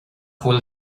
bhfuil